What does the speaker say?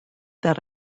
that